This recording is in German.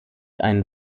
einen